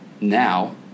now